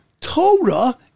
Torah